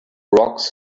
rocks